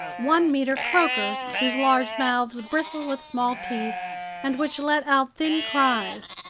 one-meter croakers whose large mouths bristle with small teeth and which let out thin cries,